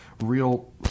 real